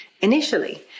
initially